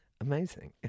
amazing